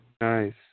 Nice